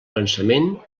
pensament